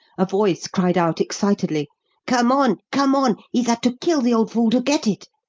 a voice cried out excitedly come on! come on! he's had to kill the old fool to get it!